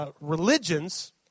religions